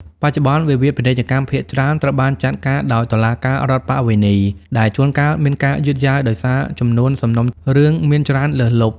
បច្ចុប្បន្ន វិវាទពាណិជ្ជកម្មភាគច្រើនត្រូវបានចាត់ការដោយតុលាការរដ្ឋប្បវេណី ដែលជួនកាលមានការយឺតយ៉ាវដោយសារចំនួនសំណុំរឿងមានច្រើនលើសលប់។